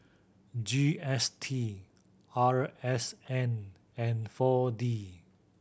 G S T R S N and Four D